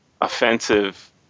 offensive